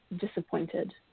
disappointed